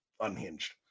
unhinged